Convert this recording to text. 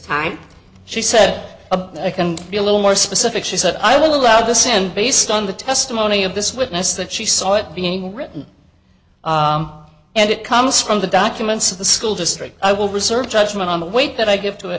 time she said i can be a little more specific she said i'll allow the sand based on the testimony of this witness that she saw it being written and it comes from the documents of the school district i will reserve judgment on the weight that i give to it